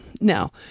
Now